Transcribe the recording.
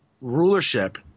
rulership